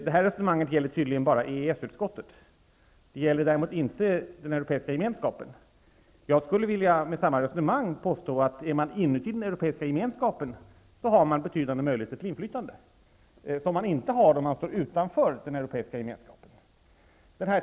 Detta resonemang gäller tydligen bara EES-utskottet, däremot inte den Europeiska gemenskapen. Jag vill med samma resonemang påstå att om man är ''inuti'' den Europeiska gemenskapen, så har man betydligt större möjligheter till inflytande än om man står utanför den Europeiska gemenskapen.